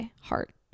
Heart